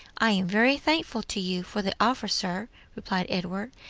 i am very thankful to you for the offer, sir, replied edward,